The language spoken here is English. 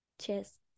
Cheers